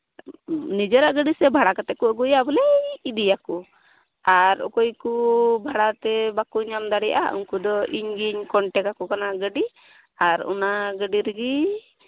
ᱱᱤᱡᱮᱨᱟᱜ ᱜᱟᱹᱰᱤ ᱥᱮ ᱵᱷᱟᱲᱟ ᱠᱟᱛᱮᱫ ᱠᱚ ᱟᱹᱜᱩᱭᱟ ᱵᱚᱞᱮ ᱤᱫᱤᱭᱟᱠᱚ ᱟᱨ ᱚᱠᱚᱭ ᱠᱚ ᱵᱷᱟᱲᱟ ᱛᱮ ᱵᱟᱠᱚ ᱧᱟᱢ ᱫᱟᱲᱮᱭᱟᱜᱼᱟ ᱩᱱᱠᱩ ᱫᱚ ᱤᱧᱜᱤᱧ ᱠᱚᱱᱴᱮᱠᱟᱠᱚ ᱠᱟᱱᱟ ᱜᱟᱹᱰᱤ ᱟᱨ ᱚᱱᱟ ᱜᱟᱹᱰᱤ ᱨᱮᱜᱮ